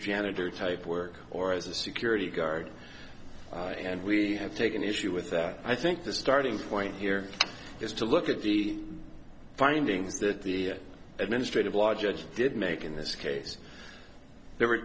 janitor type work or as a security guard and we have taken issue with that i think the starting point here is to look at the findings that the administrative law judge did make in this case there were